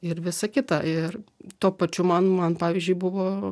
ir visa kita ir tuo pačiu man man pavyzdžiui buvo